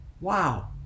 Wow